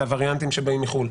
זה הווריאנטים שבאים מחו"ל.